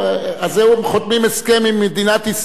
אז הם חותמים הסכם עם מדינת ישראל,